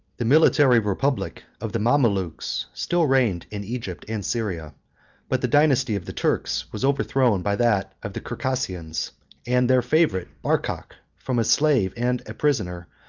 the military republic of the mamalukes still reigned in egypt and syria but the dynasty of the turks was overthrown by that of the circassians and their favorite barkok, from a slave and a prisoner,